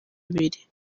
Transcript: abiri